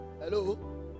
Hello